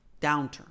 downturn